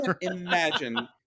Imagine